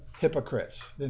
hypocrites